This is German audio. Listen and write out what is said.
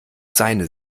seine